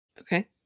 Okay